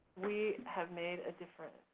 we have made a difference.